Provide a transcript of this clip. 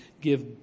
give